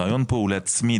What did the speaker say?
הרעיון פה הוא להצמיד,